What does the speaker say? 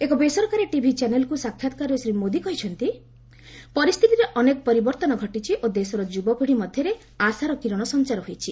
ଏକ ବେସରକାରୀ ଟିଭି ଚ୍ୟାନେଲକୁ ସାକ୍ଷାତ୍କାର୍ରେ ଶ୍ରୀ ମୋଦି କହିଛନ୍ତି ପରିସ୍ଥିତିରେ ଅନେକ ପରିବର୍ତ୍ତନ ଘଟିଛି ଓ ଦେଶର ଯୁବପିଢ଼ୀ ମଧ୍ୟରେ ଆଶାର କିରଣ ସଞ୍ଚାର ହୋଇଛି